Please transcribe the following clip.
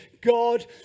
God